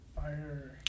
Fire